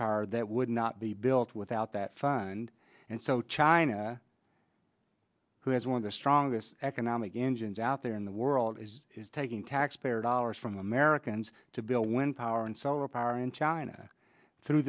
power that would not be built without that fund and so china who has one of the strongest economic engines out there in the world is taking taxpayer dollars from americans to build wind power and solar power in china through